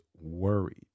worried